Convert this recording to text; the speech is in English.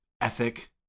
ethic